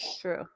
True